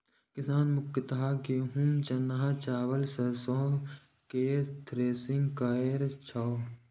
किसान मुख्यतः गहूम, चना, चावल, सरिसो केर थ्रेसिंग करै छै